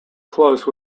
close